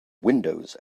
windows